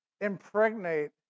impregnate